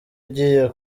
ugiye